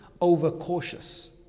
over-cautious